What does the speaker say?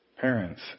parents